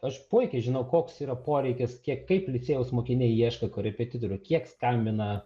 aš puikiai žinau koks yra poreikis kiek kaip licėjaus mokiniai ieško korepetitorių kiek skambina